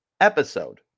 episode